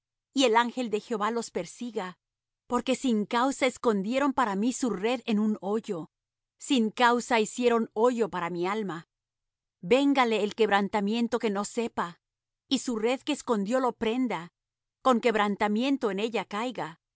y el ángel de jehová los persiga porque sin causa escondieron para mí su red en un hoyo sin causa hicieron hoyo para mi alma véngale el quebrantamiento que no sepa y su red que escondió lo prenda con quebrantamiento en ella caiga